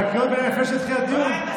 אבל קריאות ביניים לפני שהתחיל הדיון,